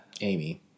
Amy